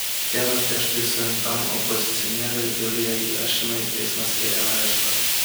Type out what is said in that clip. dieną prieš tai suimtam opozicionieriui iljai jašinui teismas skyrė areštą